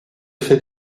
fait